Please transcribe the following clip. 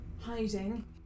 hiding